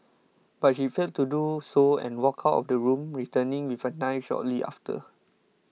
but she failed to do so and walked out of the room returning with a knife shortly after